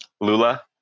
Lula